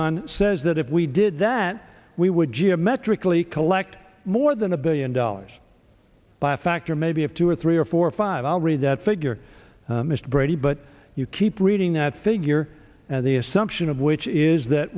on say is that if we did that we would geometrically collect more than a billion dollars by a factor maybe of two or three or four or five i'll read that figure mr brady but you keep reading that figure and the assumption